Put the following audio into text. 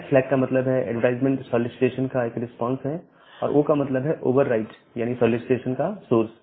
S flag का मतलब है एडवर्टाइजमेंट सॉलीसिटेशन का एक रिस्पांस है और O का मतलब है ओवरराइड यानी सॉलीसिटेशन का सोर्स